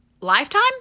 Lifetime